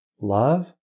love